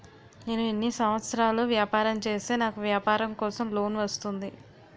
నేను ఎన్ని సంవత్సరాలు వ్యాపారం చేస్తే నాకు వ్యాపారం కోసం లోన్ వస్తుంది?